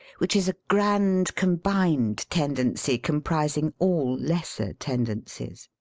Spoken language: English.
which is a grand combined tendency com prising all lesser tendencies.